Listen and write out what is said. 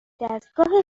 دستگاه